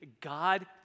God